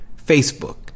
Facebook